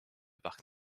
parc